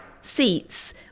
seats